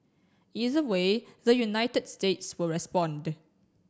either way the United States will respond